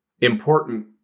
important